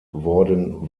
worden